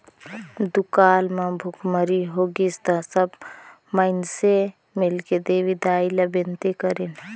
दुकाल म भुखमरी होगिस त सब माइनसे मिलके देवी दाई ला बिनती करिन